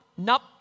nup